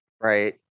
Right